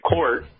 Court